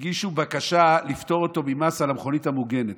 הגישו בקשה לפטור אותו ממס על המכונית המוגנת.